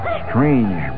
strange